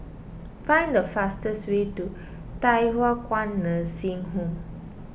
find the fastest way to Thye Hua Kwan Nursing Home